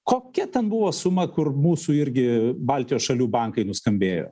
kokia ten buvo suma kur mūsų irgi baltijos šalių bankai nuskambėjo